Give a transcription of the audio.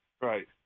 Right